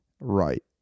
Right